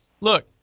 Look